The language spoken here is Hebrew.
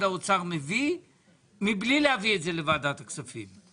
האוצר מביא מבלי להביא את זה לוועדת הכספים.